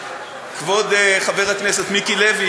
כבוד חבר הכנסת מיקי לוי,